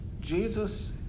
Jesus